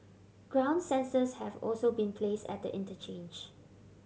ground sensors have also been place at the interchange